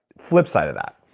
flip side of that.